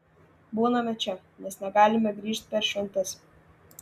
būname čia nes negalime grįžt per šventes